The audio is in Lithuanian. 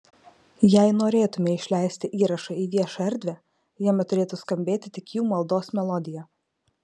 jei norėtumei išleisti įrašą į viešą erdvę jame turėtų skambėti tik jų maldos melodija